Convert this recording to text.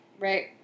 Right